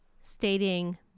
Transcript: stating